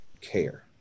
care